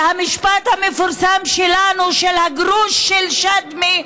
והמשפט המפורסם שלנו על הגרוש של שדמי,